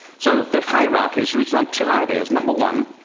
so the hierarchy is rooted on two ideas. number one,